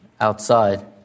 outside